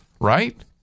right